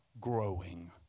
Growing